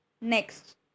next